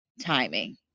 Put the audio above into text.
timing